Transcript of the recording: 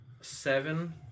seven